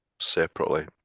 separately